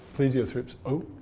plesiothrips o.